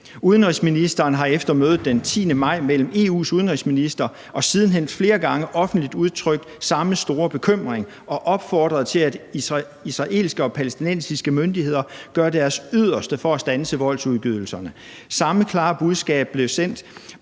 Udenrigsministeren har efter mødet den 10. maj mellem EU's udenrigsministre og siden hen flere gange offentligt udtrykt samme store bekymring og opfordret til, at israelske og palæstinensiske myndigheder gør deres yderste for at standse voldsudgydelserne. Samme klare budskab blev sendt